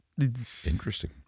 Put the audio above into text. interesting